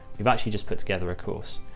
we've actually just put together a course.